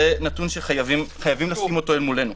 זה נתון שחייבים לשים אותו מולנו.